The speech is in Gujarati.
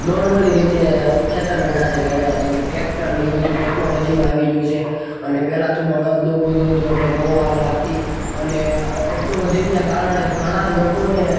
નૉર્મલી રીતે ખેતર વેળા છે ખેડવા છે જેમકે ટેક્ટર ને એ બધું ટેકનોલોજીયું આવી ગયું છે અને પહેલાં તો બળદ ને એવું બધું હતું એટલે બહુ વાર લાગતી અને આ ટેક્નોલોજીને કારણે ઘણા લોકોને